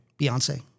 Beyonce